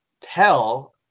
tell